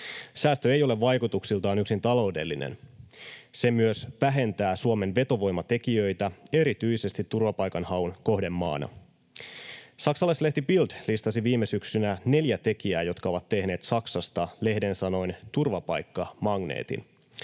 Säästö ei ole vaikutuksiltaan yksin taloudellinen. Se myös vähentää Suomen vetovoimatekijöitä erityisesti turvapaikanhaun kohdemaana. Saksalaislehti Bild listasi viime syksynä neljä tekijää, jotka ovat tehneet Saksasta lehden sanoin turvapaikkamagneetin.